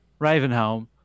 Ravenholm